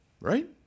right